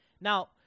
now